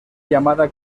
llamada